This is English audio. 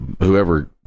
whoever